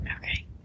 Okay